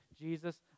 Jesus